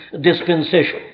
dispensation